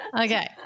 Okay